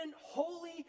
holy